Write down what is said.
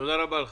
תודה רבה לך.